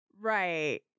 Right